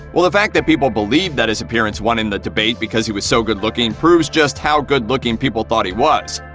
well, the fact that people believe that his appearance won him the debate because he was so good-looking proves just how good looking people thought he was!